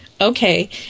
Okay